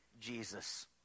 Jesus